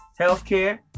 Healthcare